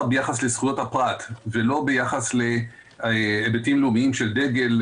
ביחס לזכויות הפרט ולא ביחס להיבטים לאומיים של דגל,